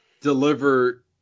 deliver